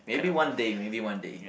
maybe one day maybe one day